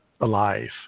alive